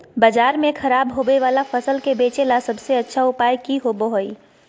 बाजार में खराब होबे वाला फसल के बेचे ला सबसे अच्छा उपाय की होबो हइ?